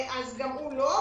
אז גם הוא לא,